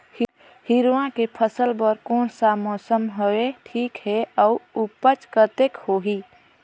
हिरवा के फसल बर कोन सा मौसम हवे ठीक हे अउर ऊपज कतेक होही?